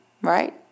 right